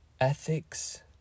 ethics